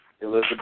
Elizabeth